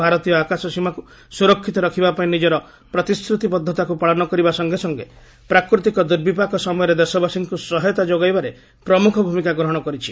ଭାରତୀୟ ଆକାଶସୀମାକୁ ସୁରକ୍ଷିତ ରଖିବା ପାଇଁ ନିଜର ପ୍ରତିଶ୍ରତିବଦ୍ଧତାକୁ ପାଳନ କରିବା ସଙ୍ଗେ ସଙ୍ଗେ ପ୍ରାକୃତିକ ଦୁର୍ବିପାକ ସମୟରେ ଦେଶବାସୀଙ୍କୁ ସହାୟତା ଯୋଗାଇବାରେ ପ୍ରମୁଖ ଭୂମିକା ଗ୍ରହଣ କରିଛି